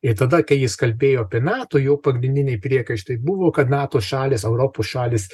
ir tada kai jis kalbėjo apie nato jo pagrindiniai priekaištai buvo kad nato šalys europos šalys